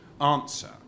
answer